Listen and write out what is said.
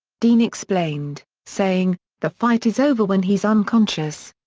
dean explained, saying, the fight is over when he's unconscious.